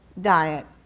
diet